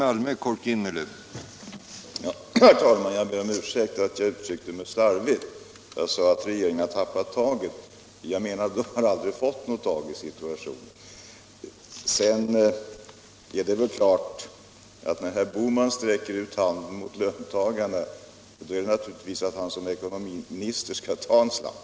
Herr talman! Jag ber om ursäkt att jag uttryckte mig slarvigt. Jag sade att regeringen tappat taget. Jag menade att den aldrig fått tag i situationen. När herr Bohman sträcker ut handen mot löntagarna är det väl klart att det är för att han som ekonomiminister skall ta en slant.